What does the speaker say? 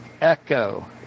Echo